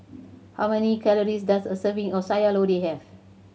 how many calories does a serving of Sayur Lodeh have